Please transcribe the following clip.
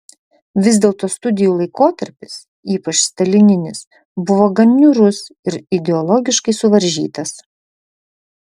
vis dėlto studijų laikotarpis ypač stalininis buvo gan niūrus ir ideologiškai suvaržytas